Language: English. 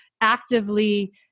actively